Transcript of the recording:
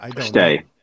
Stay